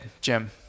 Jim